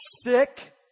sick